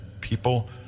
people